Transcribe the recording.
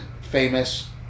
famous